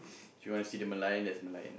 if you wanna see the Merlion there's a Merlion